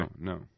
no